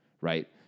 right